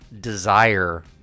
desire